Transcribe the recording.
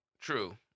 True